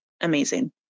amazing